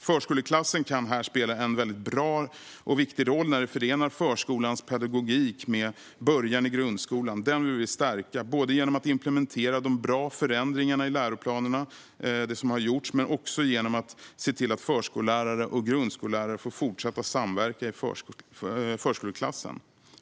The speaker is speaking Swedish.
Förskoleklassen kan här spela en väldigt bra och viktig roll när den förenar förskolans pedagogik med början i grundskolan. Detta vill vi stärka genom att implementera de bra förändringar i läroplanerna som gjorts men också genom att se till att förskollärare och grundskollärare får fortsätta att samverka i förskoleklassen.